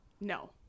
No